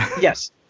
Yes